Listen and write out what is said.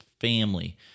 family